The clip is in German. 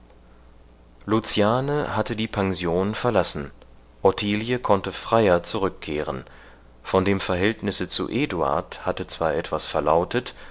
luciane hatte die pension verlassen ottilie konnte freier zurückkehren von dem verhältnisse zu eduard hatte zwar etwas verlautet